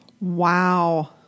Wow